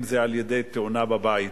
אם תאונה בבית,